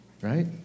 right